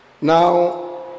Now